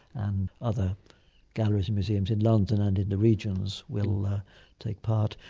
and other galleries and museums in london and in the regions will take part.